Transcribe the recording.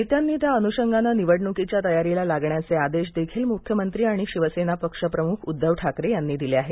नेत्यांनी त्या अनुषंगाने निवडणुकीच्या तयारीला लागण्याचे आदेश देखील मुख्यमंत्री आणि शिवसेना पक्ष प्रमुख उद्धव ठाकरे यांनी दिले आहेत